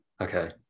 Okay